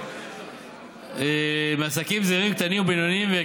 קטנים ובינוניים,